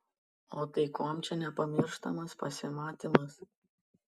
o tai kuom čia nepamirštamas pasimatymas